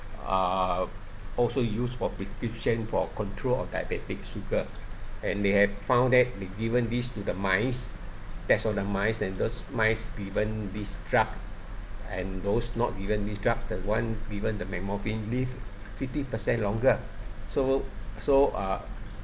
uh also used for prescription for control of diabetic sugar and they have found that they given these to the mice test on the mice and those mice given this drug and those not given this drug the one given the metformin live fifty percent longer so so uh